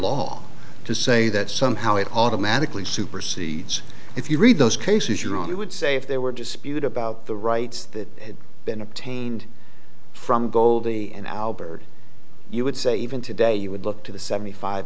law to say that somehow it automatically supersedes if you read those cases you're on i would say if there were dispute about the rights that had been obtained from goldie and albert you would say even today you would look to the seventy five